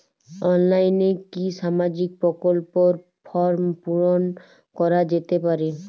অনলাইনে কি সামাজিক প্রকল্পর ফর্ম পূর্ন করা যেতে পারে?